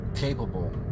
Capable